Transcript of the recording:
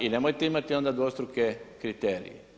I nemojte imati onda dvostruke kriterij.